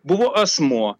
buvo asmuo